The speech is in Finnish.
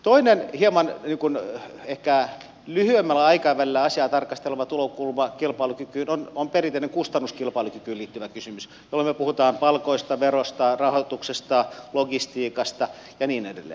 toinen ehkä hieman lyhyemmällä aikavälillä kilpailukykyä tarkasteleva tulokulma on perinteinen kustannuskilpailukykyyn liittyvä kysymys jolloin me puhumme palkoista verosta rahoituksesta logistiikasta ja niin edelleen